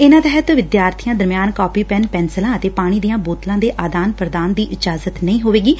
ਇਨਾਂ ਤਹਿਤ ਵਿਦਿਆਰਥੀਆਂ ਦਰਮਿਆਨ ਕਾਪੀ ਪੈਨ ਪੈਨਸੁਲਾਂ ਅਤੇ ਪਾਣੀ ਦੀਆਂ ਬੋਤਲਾਂ ਦੇ ਆਦਾਨ ਪਦਾਨ ਦੀ ਇਜਾਜਤ ਨਹੀ ਹੋਵੇਗੀ